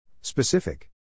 Specific